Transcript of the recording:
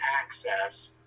access